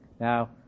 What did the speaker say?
now